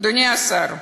אדוני השר,